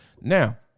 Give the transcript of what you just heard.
Now